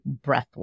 breathwork